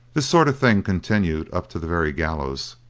this sort of thing continued up to the very gallows,